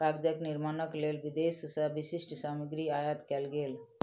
कागजक निर्माणक लेल विदेश से विशिष्ठ सामग्री आयात कएल गेल